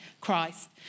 Christ